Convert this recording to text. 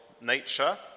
nature